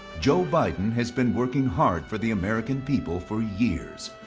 joe biden has been working hard for the american people for years.